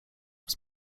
bez